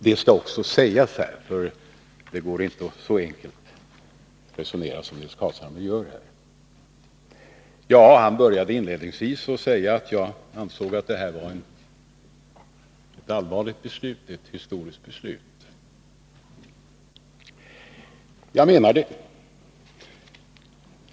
Detta skall också sägas, för det går inte att resonera så enkelt som Nils Carlshamre gör här. Inledningsvis påpekade Nils Carlshamre att jag ansåg att detta var ett allvarligt beslut och ett historiskt beslut. Jag menar det.